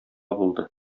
булды